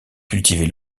cultivées